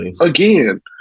again